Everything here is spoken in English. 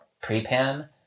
pre-pan